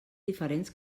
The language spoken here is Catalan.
diferents